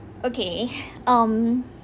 okay um